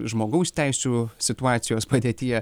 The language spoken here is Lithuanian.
žmogaus teisių situacijos padėtyje